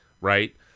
Right